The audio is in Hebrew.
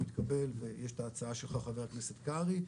יתקבל ויש את ההצעה שלך חבר הכנסת קרעי,